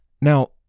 Now